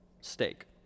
Steak